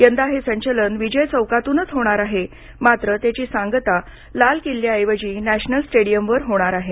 यंदा हे संचलन विजय चौकातूनच होणार आहे मात्र त्याची सांगता लाल किल्ल्याऐवजी नॅशनल स्टेडीयमवरच होणार आहे